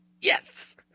yes